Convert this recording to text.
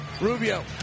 Rubio